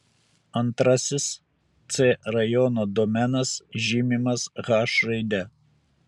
antrasis c rajono domenas žymimas h raide